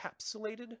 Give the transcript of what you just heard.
encapsulated